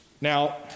Now